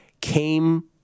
came